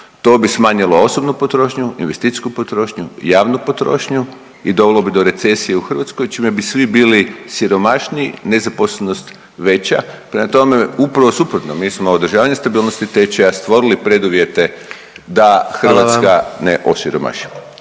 To bi smanjilo osobnu potrošnju, investicijsku potrošnju, javnu potrošnju i dovelo bi do recesije u Hrvatskoj čime bi svi bili siromašniji, nezaposlenost veća. Prema tome, upravo suprotno mi smo održavanjem stabilnosti tečaja stvorili preduvjete …/Upadica: Hvala